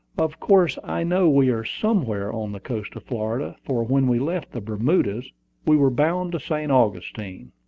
of course i know we are somewhere on the coast of florida, for when we left the bermudas we were bound to st. augustine.